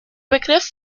begriff